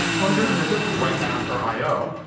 who i'm going to visit right after i o.